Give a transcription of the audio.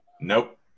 Nope